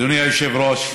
אדוני היושב-ראש,